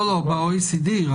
רק ב-OECD,